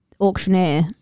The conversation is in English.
auctioneer